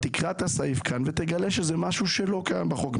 תקרא את הסעיף ותגלה שזה משהו שלא קיים בחוק.